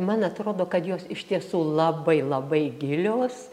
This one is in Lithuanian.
man atrodo kad jos iš tiesų labai labai gilios